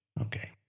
Okay